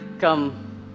come